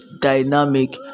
dynamic